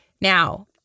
Now